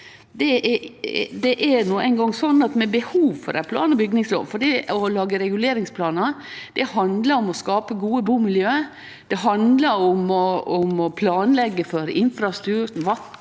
Det er no ein gong sånn at vi har behov for ei plan- og bygningslov, for det å lage reguleringsplanar handlar om å skape gode bustadmiljø. Det handlar om å planleggje for infrastruktur, vatn,